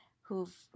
who've